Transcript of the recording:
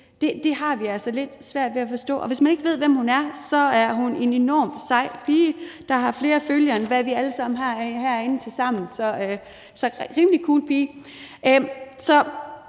Det har vi altså lidt svært ved at forstå. Hvis man ikke ved, hvem hun er, er hun en enormt sej pige, der har flere følgere, end vi alle sammen herinde har tilsammen – så hun er en rimelig cool pige.